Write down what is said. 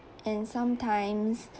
and sometimes